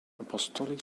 apostolic